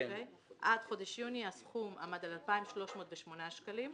עד חודש יוני הסכום עמד על 2,308 שקלים,